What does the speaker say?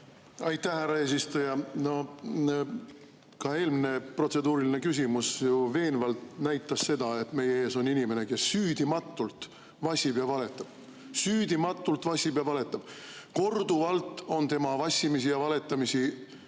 Aitäh, härra eesistuja! Ka eelmine protseduuriline küsimus näitas veenvalt seda, et meie ees on inimene, kes süüdimatult vassib ja valetab. Süüdimatult vassib ja valetab! Korduvalt on tema vassimisi ja valetamisi ümber